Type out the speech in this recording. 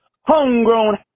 homegrown